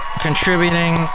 contributing